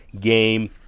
game